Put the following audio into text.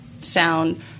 sound –